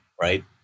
right